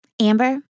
Amber